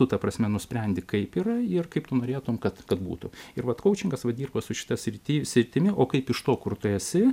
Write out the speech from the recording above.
nutu ta prasme nusprendi kaip yra ir kaip tu norėtumei kad kad būtų ir vat kaučingas vat dirba su šita sriti sritimi o kaip iš to kur tu esi